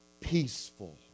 Peaceful